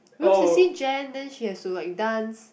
because you see Jan then she has to like dance